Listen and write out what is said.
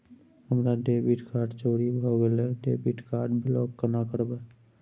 हमर debit card चोरी भगेलै डेबिट कार्ड ब्लॉक केना करब?